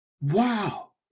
wow